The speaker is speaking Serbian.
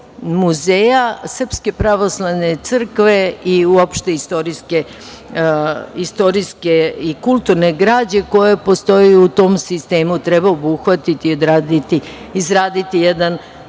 muzeja Srpske pravoslavne crkve i uopšte istorijske i kulturne građe koja postoji u tom sistemu treba obuhvatiti i izraditi jedan